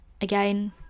again